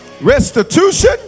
restitution